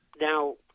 now